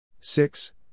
six